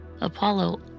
Apollo